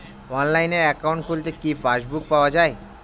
অনলাইনে একাউন্ট খুললে কি পাসবুক পাওয়া যায়?